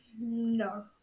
No